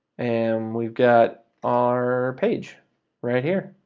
and we've got our page right here.